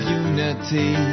unity